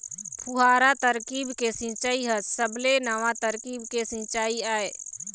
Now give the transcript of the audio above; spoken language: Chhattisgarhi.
फुहारा तरकीब के सिंचई ह सबले नवा तरकीब के सिंचई आय